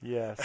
Yes